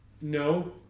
no